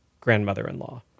grandmother-in-law